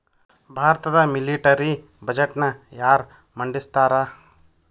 ಭಾರತದ ಮಿಲಿಟರಿ ಬಜೆಟ್ನ ಯಾರ ಮಂಡಿಸ್ತಾರಾ